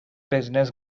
business